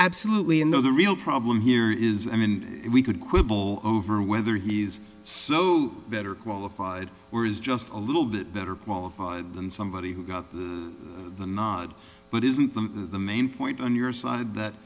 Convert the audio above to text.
absolutely in the real problem here is i mean we could quibble over whether he's so better qualified or is just a little bit better qualified than somebody who got the nod but isn't the main point on your side that